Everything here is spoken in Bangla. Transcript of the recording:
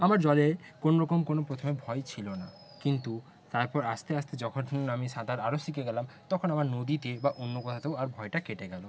আমার জলে কোনোরকম কোনো প্রথমে ভয় ছিল না কিন্তু তারপর আস্তে আস্তে যখন আমি সাঁতার আরও শিখে গেলাম তখন আমার নদীতে বা অন্য কোথাতেও আর ভয়টা কেটে গেলো